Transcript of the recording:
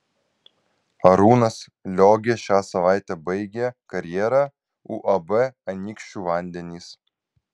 arūnas liogė šią savaitę baigė karjerą uab anykščių vandenys